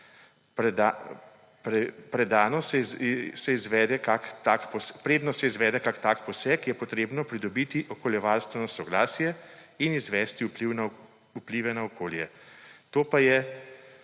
Preden se izvede kakšen tak poseg, je treba pridobiti okoljevarstveno soglasje in izvesti vplive na okolje. To pa je